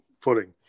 footing